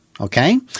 Okay